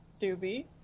Dooby